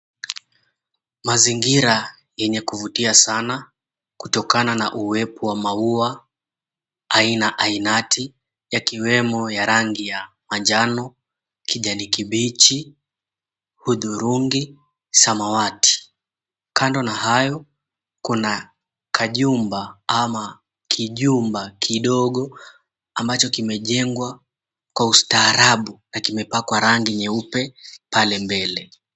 Mazingira yenye kuvutia sana kutokana na uwepo wa maua aina ainati yakiwemo ya rangi ya manjano, kijani kibichi, hudhurungi, samawati. Kando na hayo kuna kajumba ama kijumba kidogo ambacho kimejengwa kwa ustaarabu na kimepakwa rangi nyeupe pale mbele.